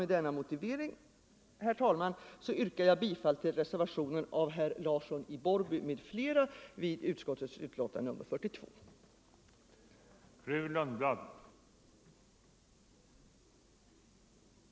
Med denna motivering yrkar jag bifall till den vid jordbruksutskottets betänkande nr 42 fogade reservationen av herr Larsson i Borrby m.fl.